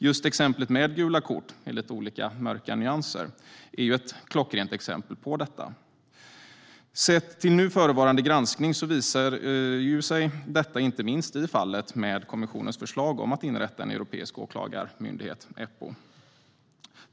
Just systemet med gula kort, i lite olika mörka nyanser, är ett klockrent exempel på detta. Sett till nu förevarande granskning visar sig detta inte minst i fallet med kommissionens förslag om att inrätta en europeisk åklagarmyndighet, Eppo.